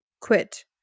quit